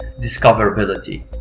discoverability